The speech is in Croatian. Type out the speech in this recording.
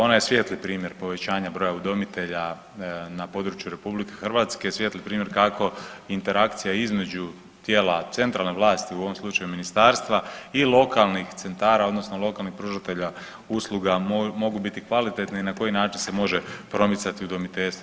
Ona je svijetli primjer povećanja broja udomitelja na području RH, svijetli primjer kako interakcija između tijela centralne vlasti u ovom slučaju ministarstva i lokalnih centara odnosno lokalnih pružatelja usluga mogu biti kvalitetne i na koji način se može promicati udomiteljstvo.